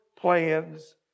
Plans